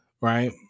right